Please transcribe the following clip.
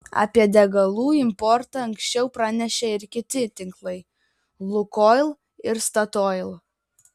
apie degalų importą anksčiau pranešė ir kiti tinklai lukoil ir statoil